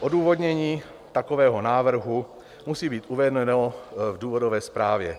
Odůvodnění takového návrhu musí být uvedeno v důvodové zprávě.